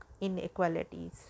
inequalities